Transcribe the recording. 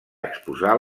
exposar